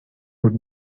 would